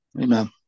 Amen